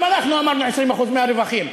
גם אנחנו אמרנו 20% מהרווחים.